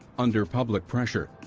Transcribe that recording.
under public pressure,